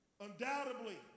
Undoubtedly